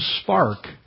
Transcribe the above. spark